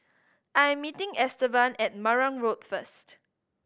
I'm meeting Estevan at Marang Road first